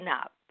up